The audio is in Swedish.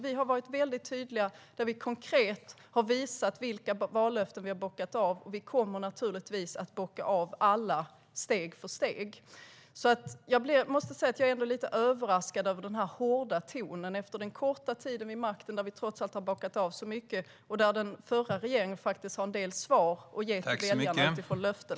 Vi har varit tydliga och konkret visat vilka vallöften vi har bockat av, och vi kommer naturligtvis att steg för steg bocka av alla. Jag måste säga att jag är lite överraskad av den hårda tonen efter denna korta tid vid makten när vi trots allt har bockat av så mycket och där den förra regeringen har en del svar att ge till väljarna utifrån löften.